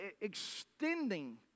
extending